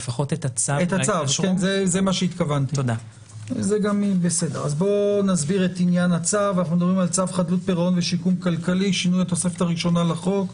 1. הצעת צו חדלות פירעון ושיקום כלכלי (שינוי התוספת הראשונה לחוק),